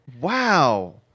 Wow